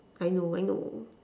I know I know